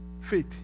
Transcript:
faith